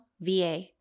VA